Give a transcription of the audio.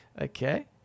Okay